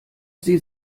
sie